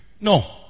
No